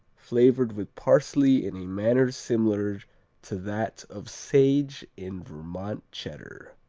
flavored with parsley in a manner similar to that of sage in vermont cheddar.